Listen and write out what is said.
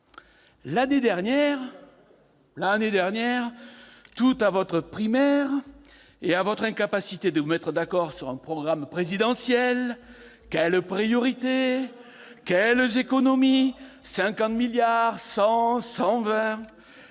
L'année dernière, tout à votre primaire et à votre incapacité de vous mettre d'accord sur un programme présidentiel- quelles priorités ? Quel niveau d'économies : 50 milliards, 100, 120 ?